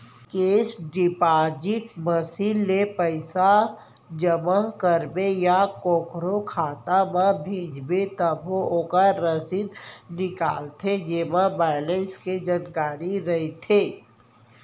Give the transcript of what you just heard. cash deposit machine ले पइसा जमा करबे या कोकरो खाता म भेजबे तभो ओकर रसीद निकलथे जेमा बेलेंस के जानकारी रइथे